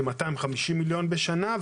כ-250 מיליון בשנה.